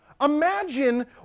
Imagine